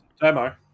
Demo